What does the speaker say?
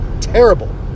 terrible